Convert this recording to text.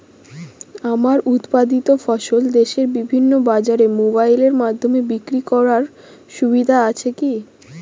আমার উৎপাদিত ফসল দেশের বিভিন্ন বাজারে মোবাইলের মাধ্যমে বিক্রি করার সুবিধা আছে কি?